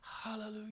Hallelujah